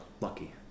lucky